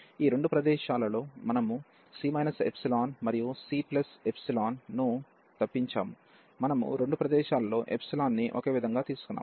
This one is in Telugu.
కాబట్టి ఈ రెండు ప్రదేశాలలో మనము c ϵ మరియు cϵ ను తప్పించాము మనము రెండు ప్రదేశాలలో ని ఒకే విధంగా తీసుకున్నాము